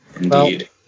Indeed